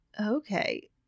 Okay